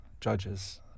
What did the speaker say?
judges